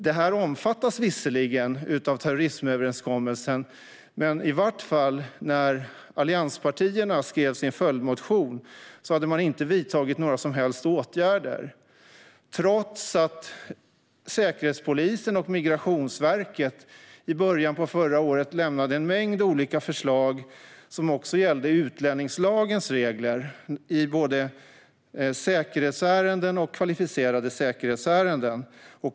Detta omfattas visserligen av överenskommelsen om åtgärder mot terrorism, men åtminstone när allianspartierna skrev sin följdmotion hade man inte vidtagit några som helst åtgärder, trots att Säkerhetspolisen och Migrationsverket i början av förra året lämnade en mängd olika förslag som också gällde utlänningslagens regler i både säkerhetsärenden och kvalificerade säkerhetsärenden.